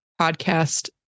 podcast